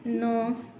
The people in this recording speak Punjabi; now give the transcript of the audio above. ਨੌ